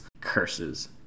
curses